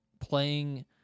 playing